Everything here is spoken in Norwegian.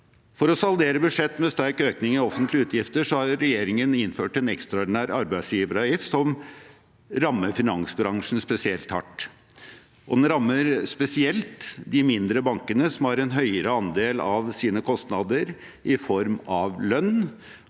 For å saldere budsjett med sterk økning i offentlige utgifter har regjeringen innført en ekstraordinær arbeidsgiveravgift, noe som rammer finansbransjen spesielt hardt. Den rammer spesielt de mindre bankene, som har en høyere andel av sine kostnader i form av lønn,